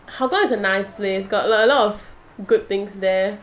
hougang is a nice place got like a lot of good things there